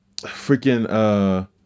freaking